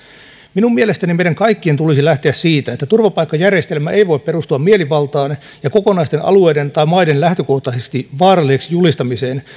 minun mielestäni meidän kaikkien tulisi lähteä siitä että turvapaikkajärjestelmä ei voi perustua mielivaltaan ja kokonaisten alueiden tai maiden lähtökohtaisesti vaaralliseksi julistamiseen